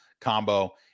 combo